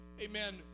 amen